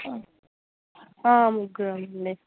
ముగ్గురు అండి